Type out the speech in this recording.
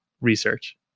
research